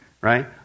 Right